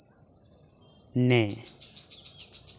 ᱱᱮ